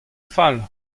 fall